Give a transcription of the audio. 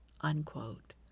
unquote